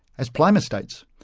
as plimer states,